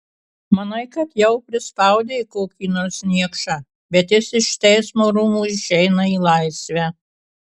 manai kad jau prispaudei kokį nors niekšą bet jis iš teismo rūmų išeina į laisvę